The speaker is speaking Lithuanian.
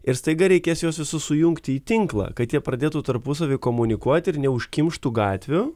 ir staiga reikės juos visus sujungti į tinklą kad jie pradėtų tarpusavy komunikuoti ir neužkimštų gatvių